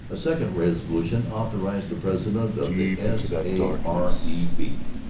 a second resolution authorized the president of the s a r e b.